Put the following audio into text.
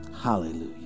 Hallelujah